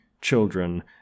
children